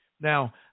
Now